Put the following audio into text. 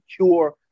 secure